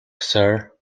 sir